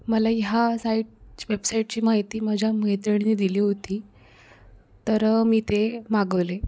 मला ह्या साईट वेबसाईटची माहिती माझ्या मैत्रिणीने दिली होती तर मी ते मागवले